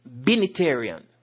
Binitarian